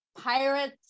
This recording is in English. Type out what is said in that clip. pirates